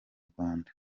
rwanda